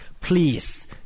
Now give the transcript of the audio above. Please